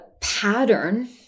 pattern